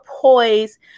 poise